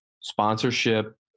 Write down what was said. sponsorship